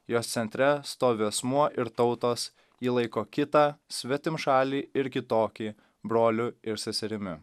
jos centre stovi asmuo ir tautos ji laiko kitą svetimšalį ir kitokį broliu ir seserimi